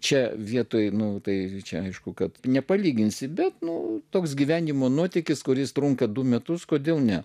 čia vietoj nu tai čia aišku kad nepalyginsi bet nu toks gyvenimo nuotykis kuris trunka du metus kodėl ne